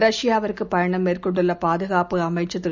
ரஷ்யாவுக்குபயணம்மேற்கொண்டுள்ளபாதுகாப்புஅமைச்சர்திரு